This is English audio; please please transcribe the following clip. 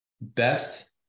best